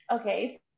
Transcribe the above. Okay